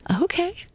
Okay